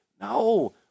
No